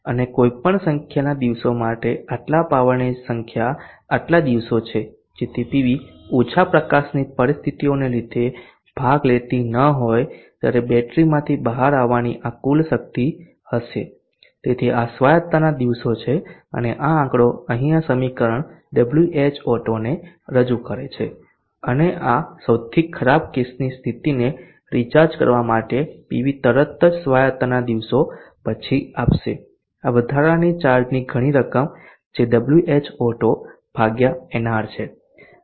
અને કોઈપણ સંખ્યાના દિવસો માટે આટલા પાવરની સંખ્યા આટલા દિવસો છે જેથી પીવી ઓછા પ્રકાશની પરિસ્થિતિઓને લીધે ભાગ લેતી ન હોય ત્યારે બેટરીમાંથી બહાર આવવાની આ કુલ શક્તિ હશે તેથી આ સ્વાયત્તતા દિવસો છે અને આ આંકડો અહીં આ સમીકરણ Whauto ને રજૂ કરે છે અને સૌથી ખરાબ કેસની સ્થિતિને રિચાર્જ કરવા માટે પીવી તરત જ સ્વાયત્તતાના દિવસો પછી આપશે આ વધારાની ચાર્જની ઘણી રકમ જે Whauto ભાગ્યા nr છે